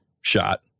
shot